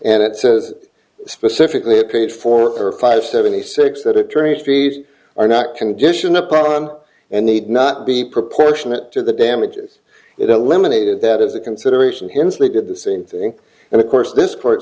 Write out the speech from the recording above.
and it says specifically a page four or five seventy six that attorney fees are not condition upon and need not be proportionate to the damages that a limited that is a consideration hymns they did the same thing and of course this court